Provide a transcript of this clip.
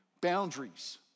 boundaries